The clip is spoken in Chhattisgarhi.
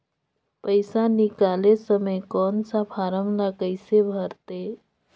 पइसा निकाले समय कौन सा फारम ला कइसे भरते?